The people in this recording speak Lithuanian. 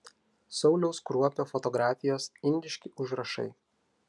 sauliaus kruopio fotografijos indiški užrašai